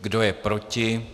Kdo je proti?